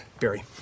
Barry